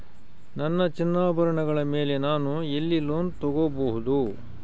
ನನ್ನ ಚಿನ್ನಾಭರಣಗಳ ಮೇಲೆ ನಾನು ಎಲ್ಲಿ ಲೋನ್ ತೊಗೊಬಹುದು?